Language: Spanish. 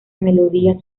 melodía